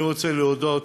אני רוצה להודות,